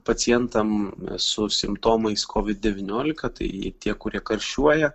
pacientam su simptomais kovid devyniolika tai tie kurie karščiuoja